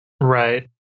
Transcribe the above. Right